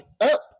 up